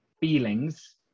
feelings